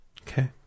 Okay